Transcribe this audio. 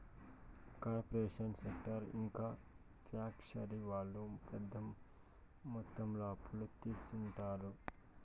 corporate sector ఇంకా factory వాళ్ళు పెద్ద మొత్తంలో అప్పు తీసుకుంటారు